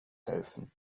helfen